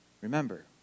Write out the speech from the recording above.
remember